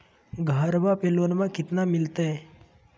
घरबा पे लोनमा कतना मिलते?